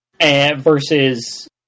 Versus